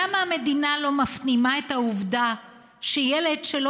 למה המדינה לא מפנימה את העובדה שילד שלא